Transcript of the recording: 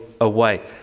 away